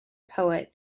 poet